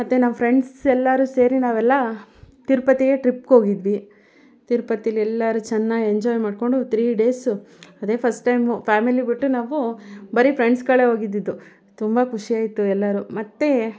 ಮತ್ತೆ ನಾವು ಫ್ರೆಂಡ್ಸ್ ಎಲ್ಲರೂ ಸೇರಿ ನಾವೆಲ್ಲ ತಿರುಪತಿಗೆ ಟ್ರಿಪ್ಗೆ ಹೋಗಿದ್ವಿ ತಿರ್ಪತಿಲಿ ಎಲ್ಲರೂ ಚೆನ್ನಾಗಿ ಎಂಜಾಯ್ ಮಾಡಿಕೊಂಡು ತ್ರೀ ಡೇಸ್ ಅದೇ ಫಸ್ಟ್ ಟೈಮು ಫ್ಯಾಮಿಲಿ ಬಿಟ್ಟು ನಾವು ಬರಿ ಫ್ರೆಂಡ್ಸ್ಗಳೆ ಹೋಗಿದ್ದಿದ್ದು ತುಂಬ ಖುಷಿಯಾಯಿತು ಎಲ್ಲರೂ ಮತ್ತೆ